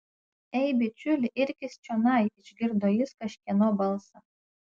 ei bičiuli irkis čionai išgirdo jis kažkieno balsą